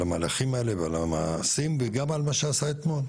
על המהלכים האלה ועל המעשים וגם על מה שעשה אתמול.